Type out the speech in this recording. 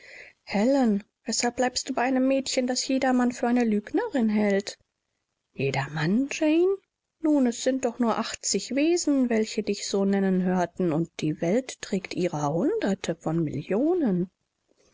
weshalb bleibst du bei einem mädchen das jedermann für eine lügnerin hält jedermann jane nun es sind doch nur achtzig wesen welche dich so nennen hörten und die welt trägt ihrer hunderte von millionen